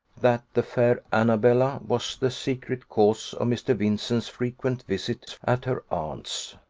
that the fair annabella was the secret cause of mr. vincent's frequent visits at her aunt's.